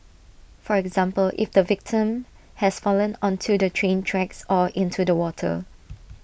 for example if the victim has fallen onto the train tracks or into the water